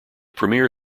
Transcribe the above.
premier